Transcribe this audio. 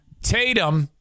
Tatum